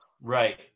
Right